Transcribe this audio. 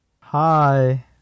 hi